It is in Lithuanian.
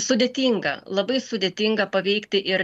sudėtinga labai sudėtinga paveikti ir